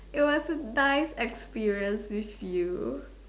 it was a nice experience with you